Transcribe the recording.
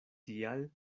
tial